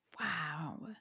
Wow